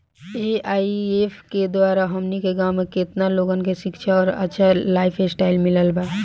AIF के द्वारा हमनी के गांव में केतना लोगन के शिक्षा और अच्छा लाइफस्टाइल मिलल बा